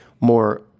more